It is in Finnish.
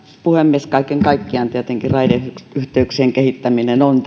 puhemies kaiken kaikkiaan tietenkin raideyhteyksien kehittäminen on